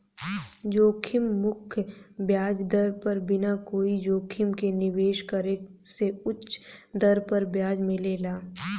जोखिम मुक्त ब्याज दर पर बिना कोई जोखिम के निवेश करे से उच दर पर ब्याज मिलेला